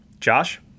Josh